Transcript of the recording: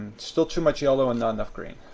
still too much yellow and not enough green.